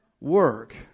work